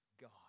God